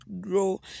grow